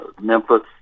Memphis